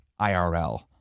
IRL